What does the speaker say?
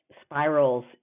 spirals